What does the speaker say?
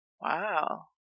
Wow